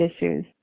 issues